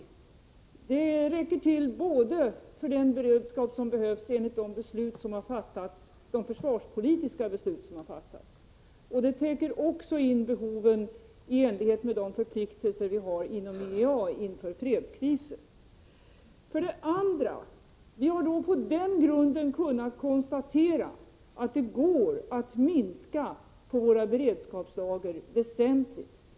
Lagren räcker för den beredskap som behövs enligt de försvarspolitiska beslut som har fattats, och de täcker också behoven i enlighet med de förpliktelser som vi har inom IEA inför fredskriser. Den andra utgångspunkten är att vi på dessa grunder har kunnat konstatera att det går att minska våra beredskapslager väsentligt.